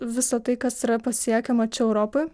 visa tai kas yra pasiekiama čia europoj